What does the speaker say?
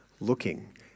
looking